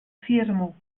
firmo